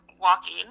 walking